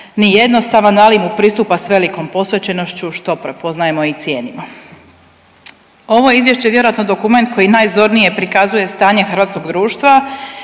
ni jednostavan, ali mu pristupa s velikom posvećenošću što prepoznajemo i cijenimo. Ovo je izvješće vjerojatno dokument koji najzornije prikazuje stanje hrvatskog društva